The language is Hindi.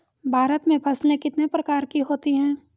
भारत में फसलें कितने प्रकार की होती हैं?